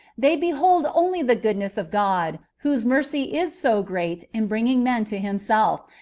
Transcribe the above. they behold only the good ness of god, whose mercy is so great in bringing men to himself,